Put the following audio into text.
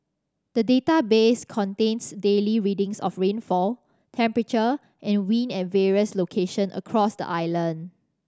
the database contains daily readings of rainfall temperature and wind at various location across the island